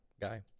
guy